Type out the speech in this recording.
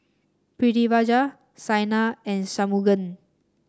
Pritiviraj Saina and Shunmugam